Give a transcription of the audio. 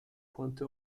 quanto